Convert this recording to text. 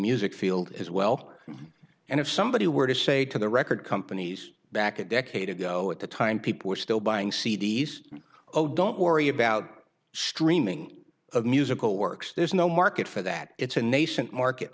music field as well and if somebody were to say to the record companies back a decade ago at the time people were still buying c d s oh don't worry about streaming of musical works there's no market for that it's a nascent market